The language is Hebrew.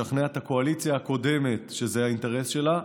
לשכנע את הקואליציה הקודמת שזה האינטרס שלה,